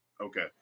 Okay